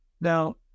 Now